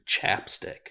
Chapstick